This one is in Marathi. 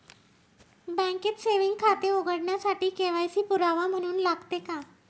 बँकेत सेविंग खाते उघडण्यासाठी के.वाय.सी पुरावा म्हणून लागते का?